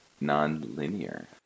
non-linear